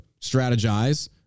strategize